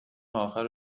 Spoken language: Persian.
اخر